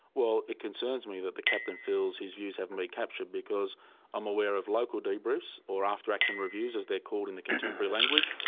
well, it concerns me that the captain feels his views haven't been captured because i'm aware of local debriefs, or after action reviews as they're called in the contemporary language,